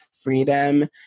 freedom